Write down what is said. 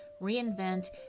reinvent